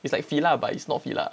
it's like Fila but it's not Fila